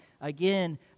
Again